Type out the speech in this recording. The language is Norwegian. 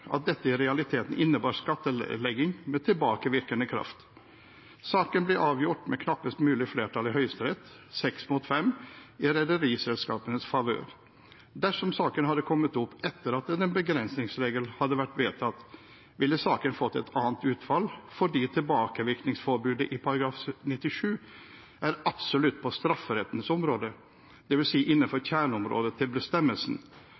at dette i realiteten innebar skattlegging med tilbakevirkende kraft. Saken ble avgjort med knappest mulig flertall i Høyesterett – seks mot fem stemmer – i rederiselskapenes favør. Dersom saken hadde kommet opp etter at denne begrensningsregelen hadde vært vedtatt, ville saken fått et annet utfall, fordi tilbakevirkningsforbudet i § 97 er absolutt på strafferettens område, dvs. innenfor kjerneområdet til bestemmelsen,